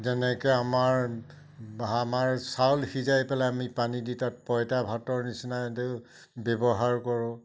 যেনেকৈ আমাৰ আমাৰ চাউল সিজাই পেলাই আমি পানী দি তাত পঁইতা ভাতৰ নিচিনাকৈও ব্যৱহাৰ কৰোঁ